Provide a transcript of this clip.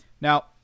Now